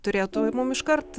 turėtų ir mum iškart